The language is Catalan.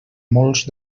molts